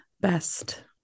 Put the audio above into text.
best